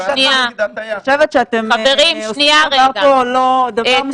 אני חושבת שאתם עושים פה דבר מסוכן.